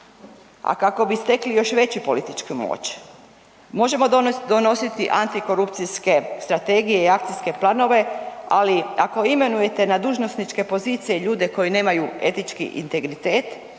a kako bi stekli još veću političku moć. Možemo donositi antikorupcijske strategije i akcijske planove, ali ako imenujete na dužnosnike pozicije ljude koji nemaju etički integritet,